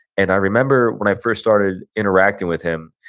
and i remember when i first started interacting with him,